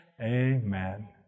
Amen